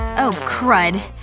oh crud.